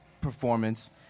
performance